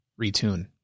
retune